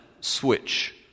switch